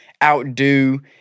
outdo